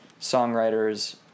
songwriters